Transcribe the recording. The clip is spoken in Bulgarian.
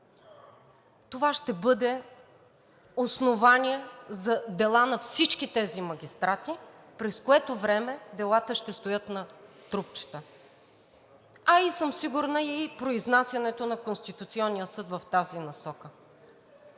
това ще бъде основание за дела на всички тези магистрати, през което време делата ще стоят на трупчета, а и съм сигурна в произнасянето на Конституционния съд в тази насока.